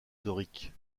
dorique